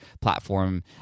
platform